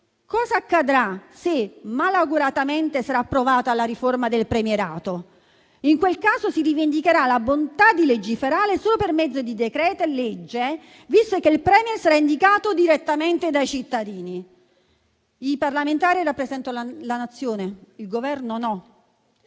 Cosa accadrà se, malauguratamente, sarà approvata la riforma del premierato? In quel caso si rivendicherà la bontà di legiferare solo per mezzo di decreti-legge, visto che il *Premier* sarà indicato direttamente dai cittadini. I parlamentari rappresentano la Nazione, il Governo no.